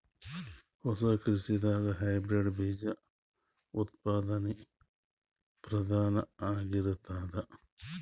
ಹೊಸ ಕೃಷಿದಾಗ ಹೈಬ್ರಿಡ್ ಬೀಜ ಉತ್ಪಾದನೆ ಪ್ರಧಾನ ಆಗಿರತದ